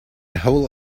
whole